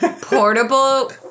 portable